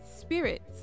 spirits